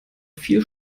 viel